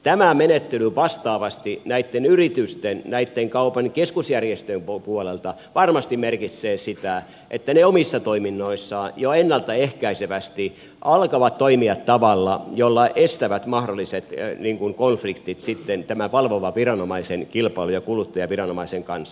tämä menettely vastaavasti näitten yritysten näitten kaupan keskusjärjestöjen puolelta varmasti merkitsee sitä että ne omissa toiminnoissaan jo ennalta ehkäisevästi alkavat toimia tavalla jolla estävät mahdolliset konf liktit sitten tämän valvovan viranomaisen kilpailu ja kuluttajaviranomaisen kanssa